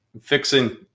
fixing